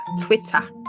Twitter